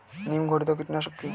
নিম ঘটিত কীটনাশক কি?